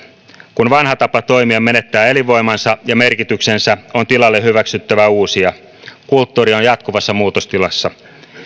kun vanha tapa toimia menettää elinvoimansa ja merkityksensä on tilalle hyväksyttävä uusia kulttuuri on jatkuvassa muutostilassa